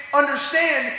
understand